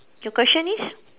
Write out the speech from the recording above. your question is